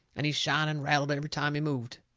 and he shined and rattled every time he moved.